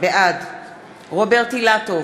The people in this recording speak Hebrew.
בעד רוברט אילטוב,